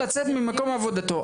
לצאת ממקום עבודתו.